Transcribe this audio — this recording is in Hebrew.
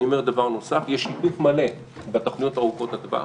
אני אומר דבר נוסף: יש שיתוף מלא בתוכניות ארוכות הטווח